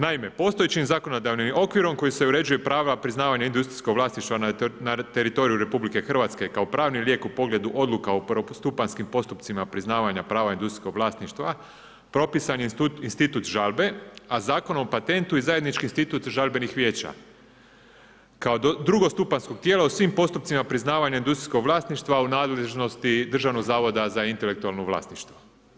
Naime, postojećim zakonodavnim okvirom kojim se uređuju prava priznavanja industrijskog vlasništva na teritoriju RH kao pravni lijek u pogledu odluka o prvostupanjskim postupcima priznavanja prava industrijskog vlasništva, propisan je institut žalbe, a Zakon o patentu i zajednički institut žalbenih vijeća kao drugostupanjskog tijela u svim postupcima priznavanja industrijskog vlasništva u nadležnosti Državnog zavoda za intelektualno vlasništvo.